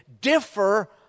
differ